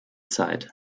zeit